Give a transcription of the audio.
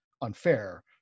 unfair